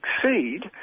succeed